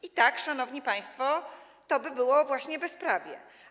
I tak, szanowni państwo, to by było właśnie bezprawie.